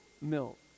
milk